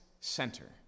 center